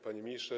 Panie Ministrze!